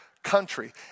Country